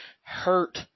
hurt